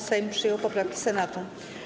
Sejm przyjął poprawkę Senatu.